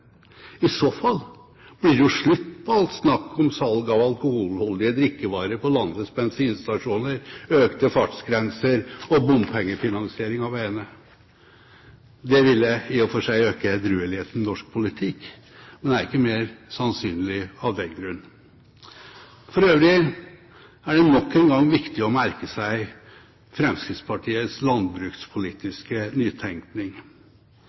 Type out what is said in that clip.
I så fall blir det jo slutt på alt snakk om salg av alkoholholdige drikkevarer på landets bensinstasjoner, økte fartsgrenser og bompengefinansiering av veiene. Det ville i og for seg øke edrueligheten i norsk politikk. Men det er ikke mer sannsynlig av den grunn. For øvrig er det nok en gang viktig å merke seg Fremskrittspartiets landbrukspolitiske nytenkning.